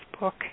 book